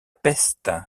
peste